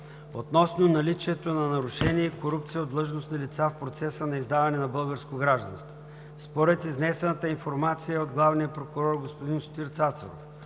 Относно наличието на нарушения и корупция от длъжностни лица в процеса на издаване на българско гражданство. Според изнесената информация от главния прокурор господин Сотир Цацаров,